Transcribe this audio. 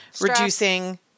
reducing